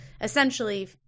essentially